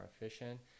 efficient